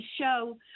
show